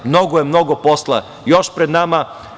Mnogo je, mnogo posla još pred nama.